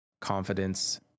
confidence